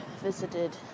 visited